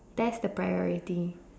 that's the priority